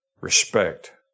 respect